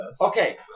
Okay